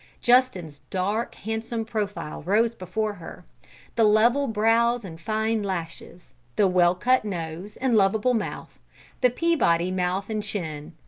justin's dark, handsome profile rose before her the level brows and fine lashes the well-cut nose and lovable mouth the peabody mouth and chin,